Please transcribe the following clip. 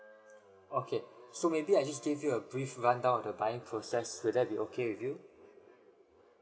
okay so maybe I just give you a brief rundown the buying process will that be okay with you